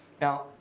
Now